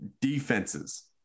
defenses